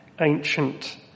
ancient